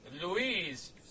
Louise